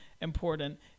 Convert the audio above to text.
important